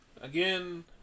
Again